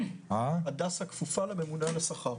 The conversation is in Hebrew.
הדסה כפופה לממונה על השכר.